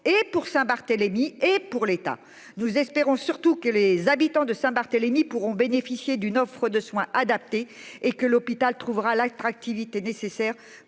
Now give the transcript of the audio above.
et pour Saint-Barthélemy et pour l'État. Nous espérons surtout que les habitants de Saint-Barthélemy pourront bénéficier d'une offre de soins adaptés et que l'hôpital trouvera l'attractivité nécessaire